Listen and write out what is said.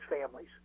families